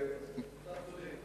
אתה צודק.